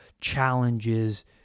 challenges